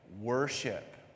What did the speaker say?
worship